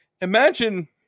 imagine